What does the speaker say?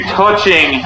touching